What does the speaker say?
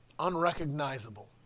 unrecognizable